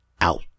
out